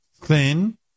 thin